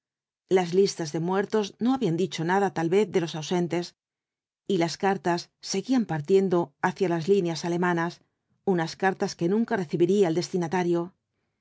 las listas de muertos no habían dicho nada tal vez de los ausentes y las cartas seguían partiendo hacia las líneas alemanas unas cartas que nunca recibiría el destinatario